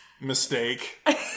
mistake